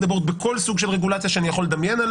בכל סוג של רגולציה שאני יכול לדמיין,